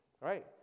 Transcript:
Right